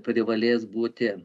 privalės būti